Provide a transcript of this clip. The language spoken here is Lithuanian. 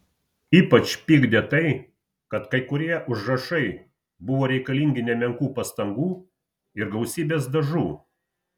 ypač pykdė tai kad kai kurie užrašai buvo reikalingi nemenkų pastangų ir gausybės dažų